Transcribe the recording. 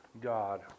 God